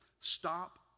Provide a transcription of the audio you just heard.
stop